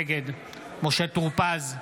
נגד משה טור פז,